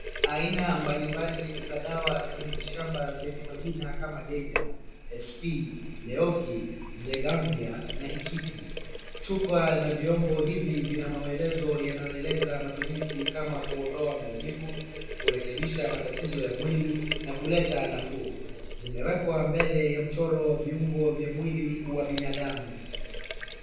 Aina mbalimbali za dawa za miti shamba zenye majina kama: Deja, Sp, Leoki, Nzegambia na Ikiti. Chupa na vyombo hivi vina maelezo yanayoeleza matumizi kama: kuondoa maumivu, kurekebisha matatizo ya mwili na kuleta nafuu. Zimewekwa mbele ya mchoro wa viungo vya mwili wa binadamu.